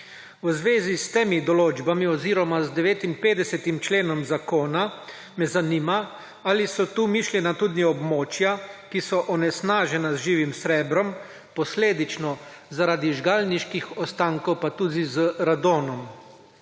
V zvezi s temi določbami oziroma z 59. členom zakona me zanima: Ali so tu mišljena tudi območja, ki so onesnažena z živim srebrom posledično zaradi žgalniških ostankov, pa tudi z radonom?